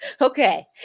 Okay